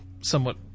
somewhat